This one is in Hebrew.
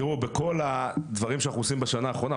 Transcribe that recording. בכל הדברים שאנחנו עושים בשנה האחרונה,